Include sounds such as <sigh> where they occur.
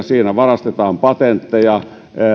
<unintelligible> siinä varastetaan patentteja